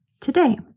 today